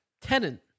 Tenant